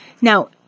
Now